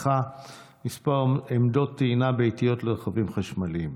מס עמדות טעינה ביתיות לרכבים חשמליים.